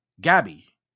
Gabby